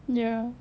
ya